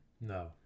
No